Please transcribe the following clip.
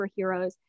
superheroes